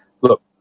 look